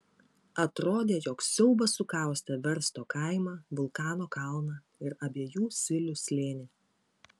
atrodė jog siaubas sukaustė versto kaimą vulkano kalną ir abiejų silių slėnį